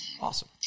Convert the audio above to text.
awesome